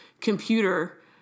computer